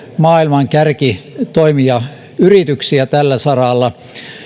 maailman kärkitoimijayrityksiä tällä saralla